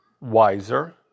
wiser